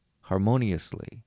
harmoniously